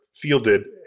fielded